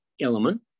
element